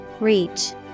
Reach